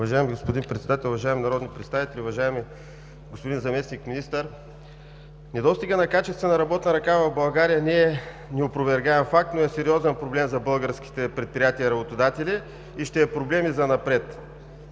Уважаеми господин Председател, уважаеми народни представители, уважаеми господин Заместник-министър! Недостигът на качествена работна ръка в България не е неопровергаем факт, но е сериозен проблем за българските предприятия и работодатели, и ще е проблем и занапред.